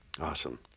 Awesome